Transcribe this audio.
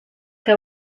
que